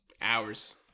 hours